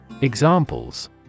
Examples